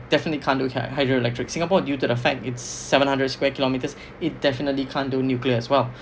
definitely can't do hydroelectric singapore due to the fact it's seven hundred square kilometres it definitely can't do nuclear as well